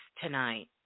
tonight